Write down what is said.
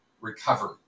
recovery